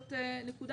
זאת נקודה